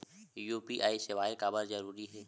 UPI सेवाएं काबर जरूरी हे?